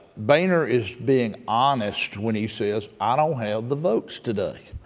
boehner is being honest when he says, i don't have the votes today.